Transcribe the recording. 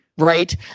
Right